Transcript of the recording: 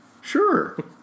Sure